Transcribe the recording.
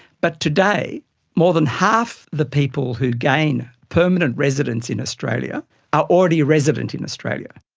but today more than half the people who gain permanent residence in australia are already resident in australia.